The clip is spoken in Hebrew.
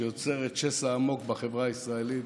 שיוצרת שסע עמוק בחברה הישראלית